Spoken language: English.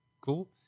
cool